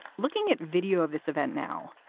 looking at video of this event now.